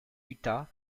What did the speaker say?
utah